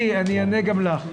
אני אענה גם לך.